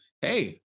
hey